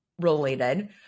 related